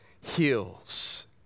heals